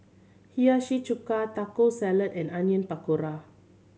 Hiyashi Chuka Taco Salad and Onion Pakora